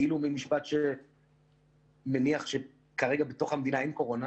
מעין משפט שמניח שכרגע בתוך המדינה אין קורונה.